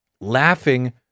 laughing